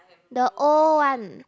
the old one